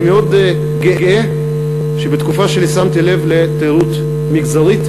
אני מאוד גאה שבתקופה שלי שמתי לב לתיירות מגזרית,